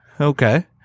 Okay